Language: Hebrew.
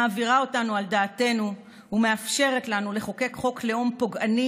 מעבירה אותנו על דעתנו ומאפשרת לנו לחוקק חוק לאום פוגעני,